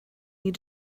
you